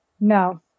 No